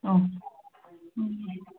okay